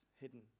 Hidden